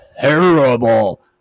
terrible